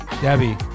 Debbie